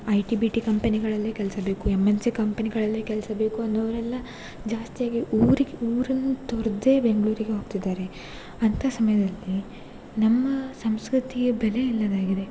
I T B T ಕಂಪೆನಿಗಳಲ್ಲೇ ಕೆಲಸ ಬೇಕು ಎಮ್ ಎನ್ ಸಿ ಕಂಪೆನಿಗಳಲ್ಲೇ ಕೆಲಸ ಬೇಕು ಅನ್ನೋರೆಲ್ಲ ಜಾಸ್ತಿಯಾಗಿ ಊರಿಗೆ ಊರನ್ನು ತೊರೆದೇ ಬೆಂಗಳೂರಿಗೆ ಹೋಗ್ತಿದ್ದಾರೆ ಅಂಥ ಸಮಯದಲ್ಲಿ ನಮ್ಮ ಸಂಸ್ಕೃತಿಯ ಬೆಲೆ ಇಲ್ಲವಾಗಿದೆ